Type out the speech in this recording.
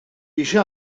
eisiau